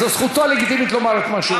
זאת זכותו הלגיטימית לומר את מה שהוא רוצה.